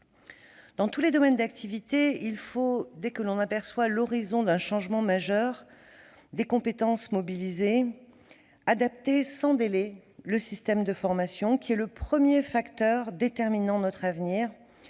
Dans tous les domaines d'activité, il faut, dès que l'on aperçoit l'horizon d'un changement majeur des compétences mobilisées, adapter sans délai le système de formation, premier facteur déterminant notre avenir,